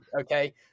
okay